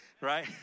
right